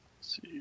See